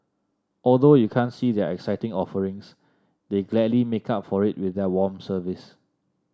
although you can't see their exciting offerings they gladly make up for it with their warm service